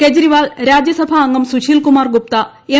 കെജ്രിവാൾ രാജ്യസഭാ അംഗം സുശീൽകുമാർ ഗുപ്ത എം